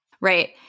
Right